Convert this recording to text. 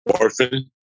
orphan